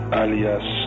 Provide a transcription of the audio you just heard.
alias